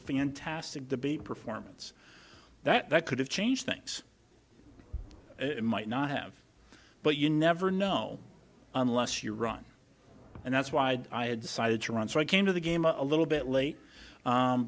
fantastic debate performance that could have changed things it might not have but you never know unless you run and that's why i had decided to run so i came to the game a little bit late